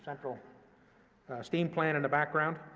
central steam plant in the background.